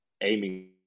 aiming